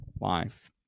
life